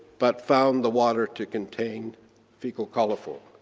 but found the water to contain fecal coliform.